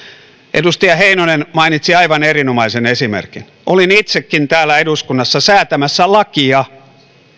edustaja heinonen mainitsi aivan erinomaisen esimerkin olin itsekin täällä eduskunnassa säätämässä lakia